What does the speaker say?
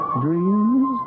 dreams